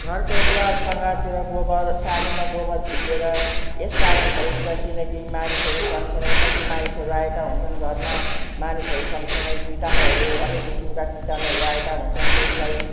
घरको द्वार सँघारतिर गोबर पानीमा गोबर फिटेर यसकारण छरिन्छ किनकि मानिसहरू सँगसँगै कति मानिसहरू आएका हुन्छन् घरमा मानिसहरू सँगसँगै कीटाणुहरू अनेक किसिमका कीटाणुहरू आएका हुन्छन् त्यसलाई